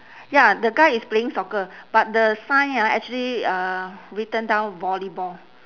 ya the guy is playing soccer but the sign ah actually uh written down volleyball